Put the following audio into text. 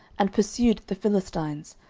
and pursued the philistines,